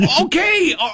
Okay